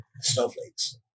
Snowflakes